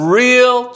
real